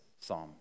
psalm